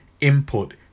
input